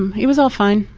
um it was all fine.